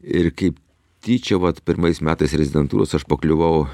ir kaip tyčia vat pirmais metais rezidentūros aš pakliuvau